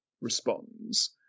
responds